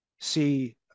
see